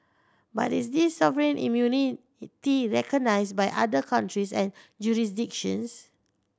but is this sovereign immunity recognised by other countries and jurisdictions